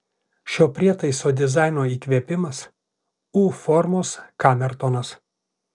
šio prietaiso dizaino įkvėpimas u formos kamertonas